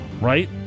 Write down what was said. Right